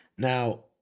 Now